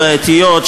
הבעייתיות,